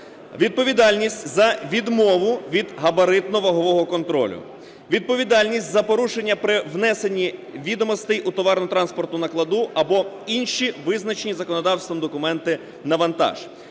відповідальність за відмову від габаритно-вагового контролю; відповідальність за порушення при внесенні відомостей у товарно-транспортну накладну або інші, визначені законодавством, документи на вантаж.